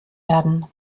werden